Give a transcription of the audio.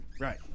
Right